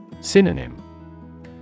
Synonym